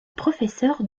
professeur